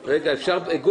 חברים, יהיו לכם חיים טובים.